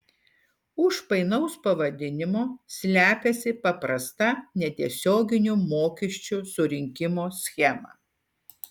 už painaus pavadinimo slepiasi paprasta netiesioginių mokesčių surinkimo schema